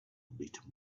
bit